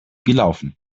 gelaufen